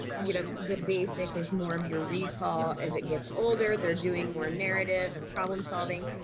you know, the basic is more of your recall as it gets older they're doing more narrative and problem solving.